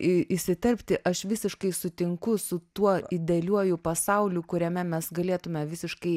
į įsiterpti aš visiškai sutinku su tuo idealiuoju pasauliu kuriame mes galėtume visiškai